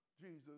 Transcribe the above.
Jesus